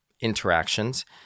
interactions